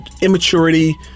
immaturity